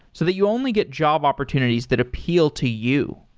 so that you only get job opportunities that appeal to you.